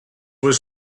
were